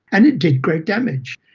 and it did great damage.